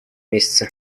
месяцы